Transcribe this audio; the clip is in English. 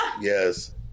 Yes